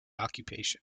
occupation